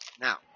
Now